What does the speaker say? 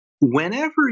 whenever